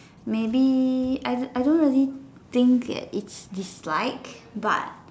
maybe I I don't know really think it's dislike but